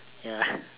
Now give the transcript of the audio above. ya